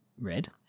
red